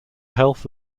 health